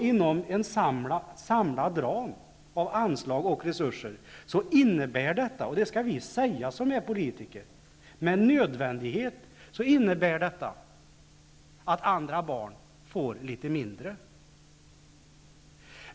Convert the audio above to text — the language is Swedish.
Inom en samlad ram av anslag och resurser innebär detta med nödvändighet -- och det skall vi som är politiker säga -- att andra barn får litet mindre.